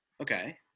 Okay